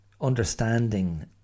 understanding